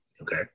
Okay